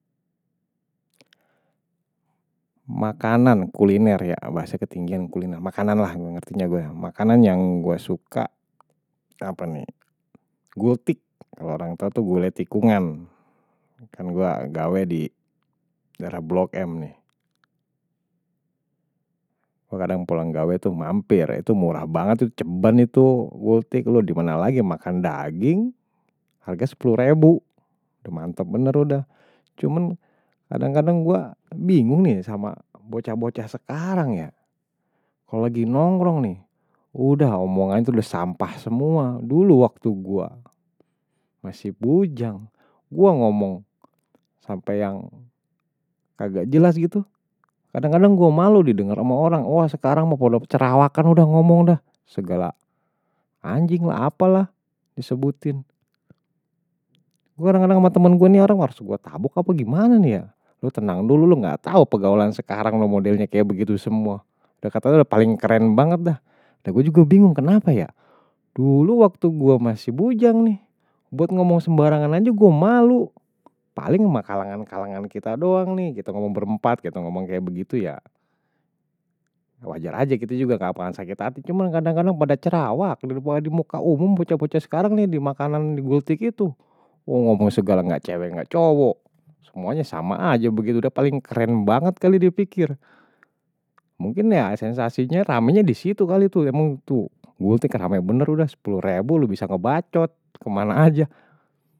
Makanan kuliner ya bahasa ketinggian kuliner makanan lah gue ngertinya gue makanan yang gue suka apa nih gultik kalau orang tau tuh gulai tikungan kan gue gawe di darah block m nih gue kadang pulang gawe tuh mampir itu murah banget tuh ceban itu gultik lu di mana lagi makan daging harga sepuluh rebu udah mantep bener udah, cuman kadang-kadang gue bingung nih sama bocah bocah sekarang ya kalau lagi nongkrong nih udah omongannya tuh udah sampah semua dulu waktu gue masih bujang gue ngomong sampai yang kagak jelas gitu kadang-kadang gue malu didengar sama orang wah sekarang maupun cerawakan udah ngomong dah segala anjing lah apalah disebutin gue kadang kadang sama temen gue nih orang harus gue tabok apagimana nih ya lu tenang dulu lu ga tau pegawulan sekarang loh modelnya kayak begitu semua udah kata udah paling keren banget dah udah gue juga bingung kenapa ya dulu waktu gue masih bujang nih buat ngomong sembarangan aja gue malu paling makalangan-makalangan kita doang nih kita ngomong berempat gitu ngomong kayak begitu ya wajar aja gitu juga ga apa-apa sakit hati cuman kadang kadang pada cerawak dibawah di muka umum bocah-bocah sekarang nih di makanan di gultik itu ngomong segala ga cewek ga cowok semuanya sama aja begitu udah paling keren banget kali dipikir mungkin ya sensasinya ramai nya disitu kali tuh emang tuh gultik ramai bener udah sepuluh ribu lu bisa ngebacot kemana aja.